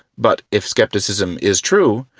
but if skepticism is true,